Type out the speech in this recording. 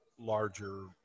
larger